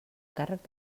càrrec